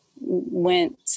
went